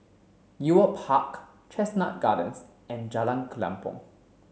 Ewart Park Chestnut Gardens and Jalan Kelempong